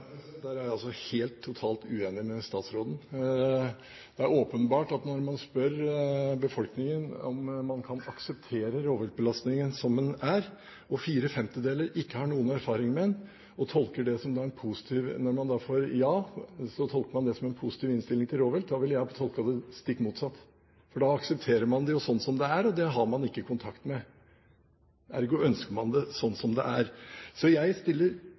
Der er jeg altså totalt uenig med statsråden. Det er åpenbart at når man spør befolkningen om man kan akseptere rovviltbelastningen som den er, og fire femtedeler ikke har noen erfaringer med den, og når man da får ja, så tolker man det som en positiv innstilling til rovvilt. Jeg ville ha tolket det stikk motsatt, for da aksepterer man det jo slik som det er, og det har man ikke kontakt med – ergo ønsker man det sånn som det er. Jeg setter uhyre store spørsmålstegn ved den spørreundersøkelsen. Jeg